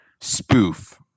spoof